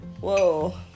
whoa